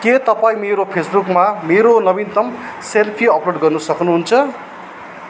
के तपाईँ मेरो फेसबुकमा मेरो नवीनतम सेल्फी अपलोड गर्न सक्नुहुन्छ